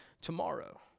tomorrow